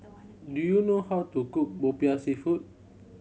do you know how to cook Popiah Seafood